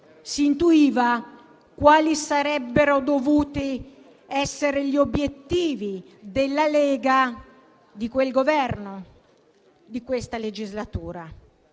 infatti quali avrebbero dovuto essere gli obiettivi della Lega e di quel Governo di questa legislatura,